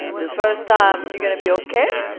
the first time, you're going to be okay.